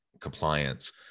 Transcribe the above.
compliance